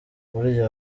burya